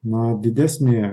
na didesnį